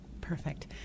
Perfect